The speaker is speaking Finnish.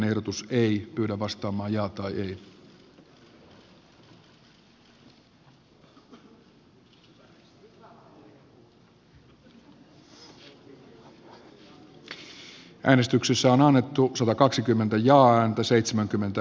hallitus ei suostu kannustamaan taloutta kasvuun ja antoi seitsemänkymmentä